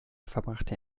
verbrachte